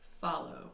follow